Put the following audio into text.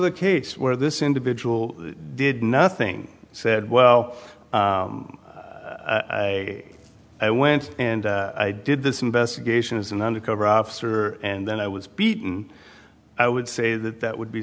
the case where this individual did nothing said well i went and i did this investigation is an undercover officer and then i was beaten i would say that that would be